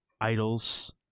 idols